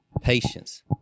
patience